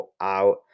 out